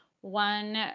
one